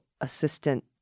assistant